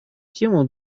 тему